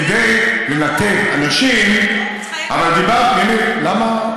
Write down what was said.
ולא כדי לנתב אנשים, למה?